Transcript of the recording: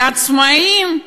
לעצמאים?